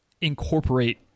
incorporate